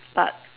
but